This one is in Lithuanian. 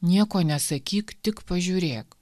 nieko nesakyk tik pažiūrėk